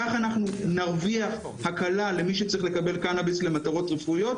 כך אנחנו נרוויח הקלה למי שצריך לקבל קנביס למטרות רפואיות,